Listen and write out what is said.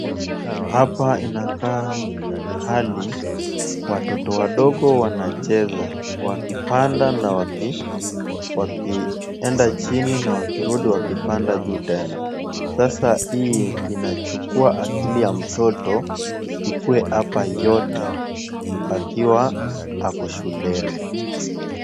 Hapa inakaa mahali watoto wadogo wanacheza, wakipanda na wakienda chini na wakirudi wakipanda juu tena. Sasa hii inachukua akili ya mtoto ikuwe hapa yote akiwa ako shuleni.